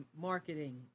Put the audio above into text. marketing